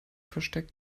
verstärkt